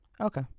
Okay